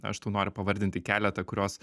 aš tau noriu pavardinti keletą kurios